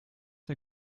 der